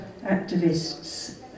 activists